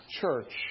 Church